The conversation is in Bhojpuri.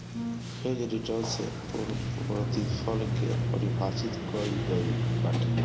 हेज रिटर्न से पूर्णप्रतिफल के पारिभाषित कईल गईल बाटे